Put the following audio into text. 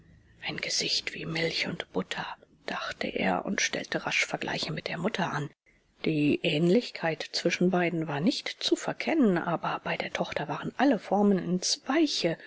ein gesicht wie milch und blut dachte er und stellte rasch vergleiche mit der mutter an die ähnlichkeit zwischen beiden war nicht zu verkennen aber bei der tochter waren alle formen ins weiche